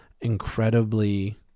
incredibly